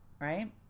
right